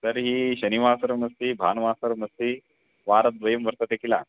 तर्हि शनिवासरमस्ति भानुवासरमस्ति वारद्वयं वर्तते किल